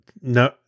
No